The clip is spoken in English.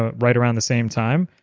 ah right around the same time,